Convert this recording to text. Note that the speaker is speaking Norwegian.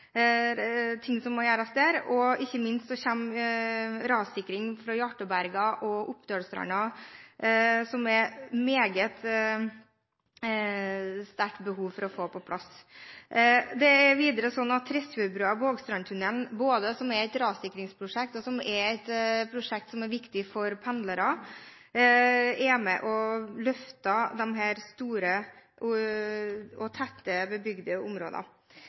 som må gjøres der, og ikke minst kommer rassikring fra Hjartåberga og Oppdølsstranda, som det er meget sterkt behov for å få på plass. Det er videre slik at Tresfjordbrua–Vågstrandstunnelen som er både et rassikringsprosjekt og et prosjekt som er viktig for pendlere, er med på å løfte de store og tett bebygde områdene.